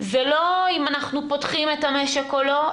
זה לא אם אנחנו פותחים את המשק או לא,